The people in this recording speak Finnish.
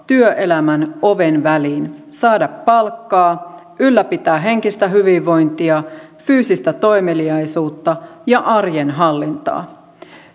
työelämän oven väliin saada palkkaa ylläpitää henkistä hyvinvointia fyysistä toimeliaisuutta ja arjen hallintaa